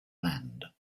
land